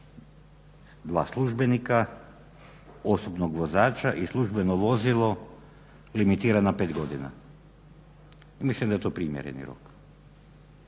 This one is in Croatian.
dva službenika, osobnog vozača i službeno vozilo limitiran na pet godina. Mislim da je to primjereni rok.